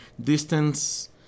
distance